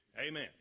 Amen